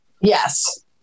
Yes